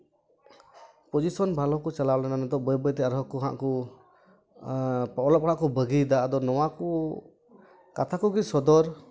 position ᱵᱷᱟᱞᱮ ᱦᱚᱸᱠᱚ ᱪᱟᱞᱟᱣ ᱞᱮᱱᱟ ᱱᱤᱛᱳᱜ ᱵᱟᱹᱭ ᱵᱟᱹᱭ ᱛᱮ ᱟᱨᱚ ᱠᱚ ᱦᱟᱸᱜ ᱠᱩ ᱚᱞᱚᱜ ᱯᱟᱲᱦᱟᱜ ᱠᱚ ᱵᱟᱹᱜᱤᱭᱫᱟ ᱟᱫᱚ ᱱᱚᱣᱟ ᱠᱩ ᱠᱟᱛᱷᱟ ᱠᱚᱜᱮ ᱥᱚᱫᱚᱨ